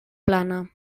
plana